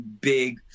big